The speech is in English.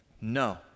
No